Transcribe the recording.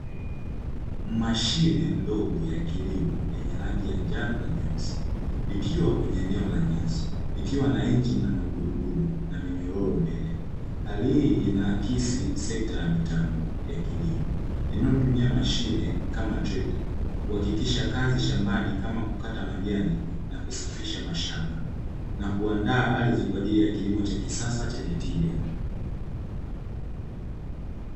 Mashine ndogo ya kilimo yenye rangi ya njano na nyeusi ikiwa kwenye eneo la nyasi ikiwa na engine na magurudumu na minyororo mbele, hali inaakisi sekta ya mitambo ya kilimo inayotumia mashine kama trekta kuhakikisha kazi shambani kama kukata majani na kusafisha mashamba na kuandaa ardhi kwa ajili ya kilimo cha kisasa chenye tija.